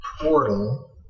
portal